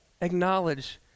Acknowledge